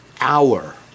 hour